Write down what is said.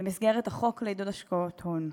במסגרת החוק לעידוד השקעות הון.